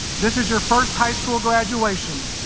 this is your first high school graduation.